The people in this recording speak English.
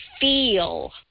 feel